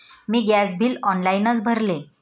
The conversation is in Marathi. मी गॅस बिल ऑनलाइनच भरले